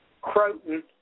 Croton